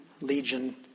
legion